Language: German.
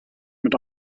mit